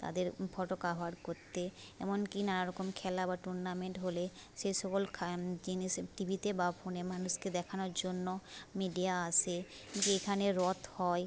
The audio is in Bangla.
তাদের ফটো কাভার করতে এমনকি নানা রকম খেলা বা টুর্নামেন্ট হলে সে সকল খাম জিনিসে টিভিতে বা ফোনে মানুষকে দেখানোর জন্য মিডিয়া আসে যেখানে রথ হয়